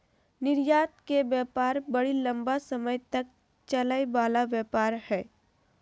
निर्यात के व्यापार बड़ी लम्बा समय तक चलय वला व्यापार हइ